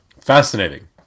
Fascinating